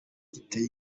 giteye